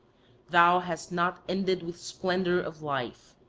thou hast not ended with splendour of life.